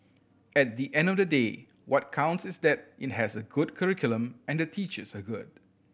at the end of the day what counts is that it has a good curriculum and the teachers are good